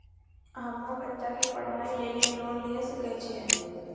हम्मे बच्चा के पढ़ाई लेली लोन लिये सकय छियै?